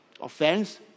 offense